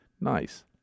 nice